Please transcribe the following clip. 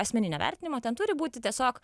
asmeninio vertinimo ten turi būti tiesiog